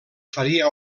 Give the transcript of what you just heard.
faria